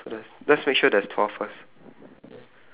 so okay let's make sure there's twelve right